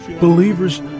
Believers